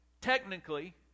technically